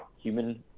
human